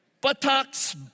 Buttocks